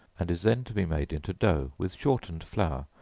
and is then to be made into dough, with shortened flour,